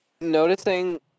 noticing